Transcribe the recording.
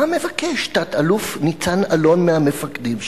מה מבקש תא"ל ניצן אלון מהמפקדים שלו?